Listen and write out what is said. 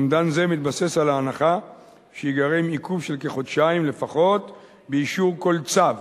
אומדן זה מתבסס על ההנחה שייגרם עיכוב של כחודשיים לפחות באישור כל צו.